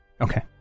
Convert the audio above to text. Okay